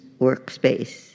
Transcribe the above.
workspace